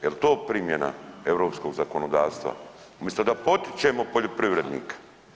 Jel to primjena europskog zakonodavstva, umjesto da potičemo poljoprivrednika.